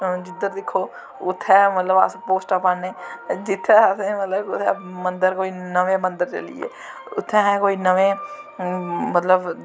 जिध्दर दिक्खो उत्थैं गै अस मतलव पोस्टां पान्ने जित्थें असें मतलव कुदै मन्दर कुदै नमां मन्दर चली गे उत्थें असैं कोई नमें मतलव